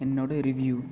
என்னோட ரிவ்யூ